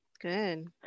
Good